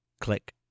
click